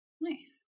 nice